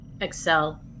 excel